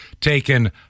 taken